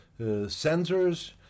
sensors